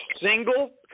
single